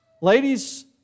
Ladies